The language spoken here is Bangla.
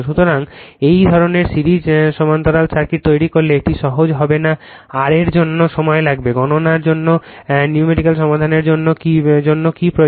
সুতরাং এই ধরণের সিরিজ সমান্তরাল সার্কিট তৈরি করলে এটি সহজ হবে না r এর জন্য সময় লাগবে গণনার জন্য নিউমেরিক্যাল সমাধানের জন্য কী প্রয়োজন